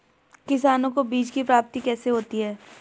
किसानों को बीज की प्राप्ति कैसे होती है?